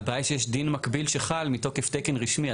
הבעיה היא שיש דין מקביל שחל, מתוקף תקן רשמי.